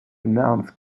announced